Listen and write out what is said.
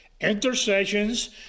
intercessions